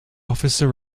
officer